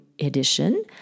edition